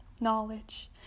knowledge